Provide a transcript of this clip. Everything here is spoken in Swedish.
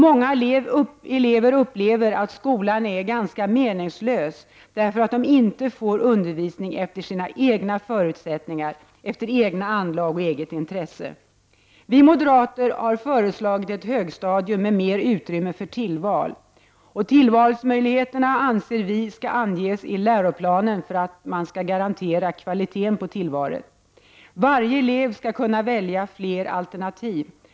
Många elever upplever att skolan är ganska meningslös, eftersom de inte får undervisning efter sina egna förutsättningar, efter egna anlag och eget intresse. Vi moderater har föreslagit ett högstadium med mer utrymme för tillval. Tillvalsmöjligheterna skall enligt vår åsikt anges enligt läroplanen för att man skall kunna garantera kvaliteten på tillvalet. Varje elev skall kunna välja flera alternativ.